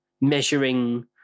measuring